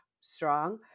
strong